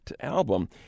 album